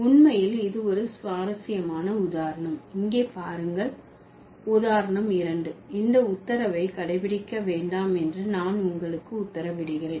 உண்மையில் இது ஒரு சுவாரஸ்யமான உதாரணம் இங்கே பாருங்கள் உதாரணம் 2 இந்த உத்தரவை கடைப்பிடிக்க வேண்டாம் என்று நான் உங்களுக்கு உத்தரவிடுகிறேன்